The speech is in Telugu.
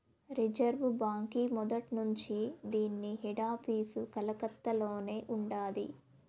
రిజర్వు బాంకీ మొదట్నుంచీ దీన్ని హెడాపీసు కలకత్తలోనే ఉండాది